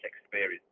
experience